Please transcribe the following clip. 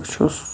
بہٕ چھُس